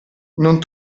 non